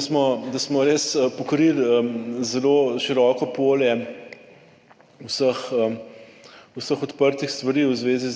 smo, da smo res pokrili zelo široko polje vseh, vseh odprtih stvari v zvezi